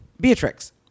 Beatrix